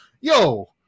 yo